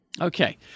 Okay